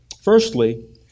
firstly